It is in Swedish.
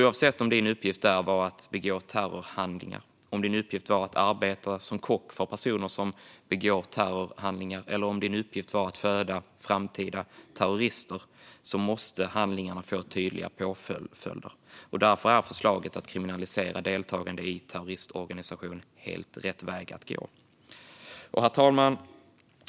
Oavsett om en persons uppgift var att begå terrorhandlingar, arbeta som kock för personer som begår terrorhandlingar eller föda framtida terrorister måste handlingarna få tydliga påföljder. Därför är förslaget att kriminalisera deltagande i terroristorganisationer helt rätt väg att gå. Herr talman!